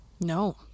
No